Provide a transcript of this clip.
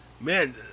man